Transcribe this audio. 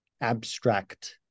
abstract